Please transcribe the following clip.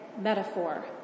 metaphor